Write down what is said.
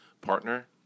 partner